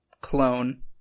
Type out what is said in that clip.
Clone